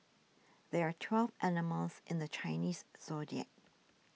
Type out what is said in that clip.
there are twelve animals in the Chinese zodiac